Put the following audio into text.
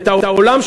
את העולם,